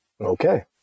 Okay